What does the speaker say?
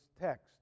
text